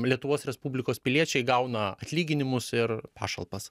lietuvos respublikos piliečiai gauna atlyginimus ir pašalpas